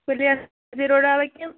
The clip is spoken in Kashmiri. پُلین زیٖروٗ ڈال ہا کِنہٕ